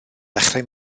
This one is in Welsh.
ddechrau